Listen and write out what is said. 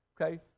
Okay